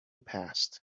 passed